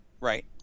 Right